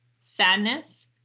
sadness